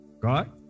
God